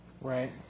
Right